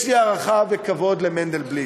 יש לי הערכה וכבוד למנדלבליט,